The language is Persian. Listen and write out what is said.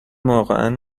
واقعا